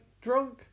drunk